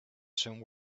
some